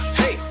hey